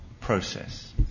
process